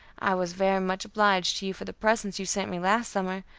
i was very much obliged to you for the presents you sent me last summer,